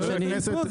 אני מהרלב"ד.